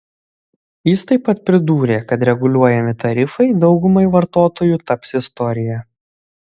jis taip pat pridūrė kad reguliuojami tarifai daugumai vartotojų taps istorija